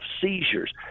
seizures